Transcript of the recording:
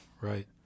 Right